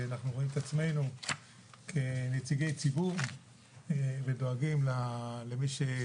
אנחנו רואים את עצמנו כנציגי ציבור ודואגים לנערים